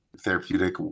therapeutic